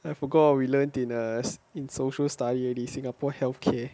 I forgot we learned in err in social studies already singapore healthcare